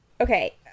Okay